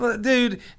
Dude